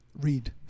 read